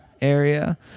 area